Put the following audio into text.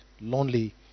lonely